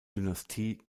dynastie